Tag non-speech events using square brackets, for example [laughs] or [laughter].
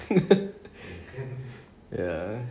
[laughs] ya